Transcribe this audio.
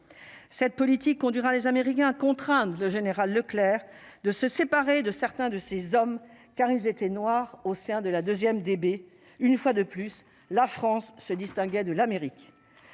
cette politique conduira les Américains contraindre le général Leclerc de se séparer de certains de ses hommes, car ils étaient noirs au sein de la 2ème DB une fois de plus, la France se distinguait de l'Amérique